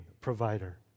provider